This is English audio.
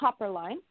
Copperline